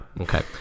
Okay